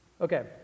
Okay